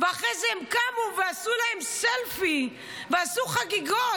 ואחרי זה הם קמו ועשו להם סלפי ועשו חגיגות.